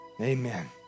Amen